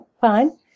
fine